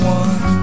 one